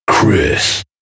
Chris